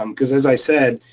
um cause as i said,